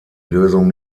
lösung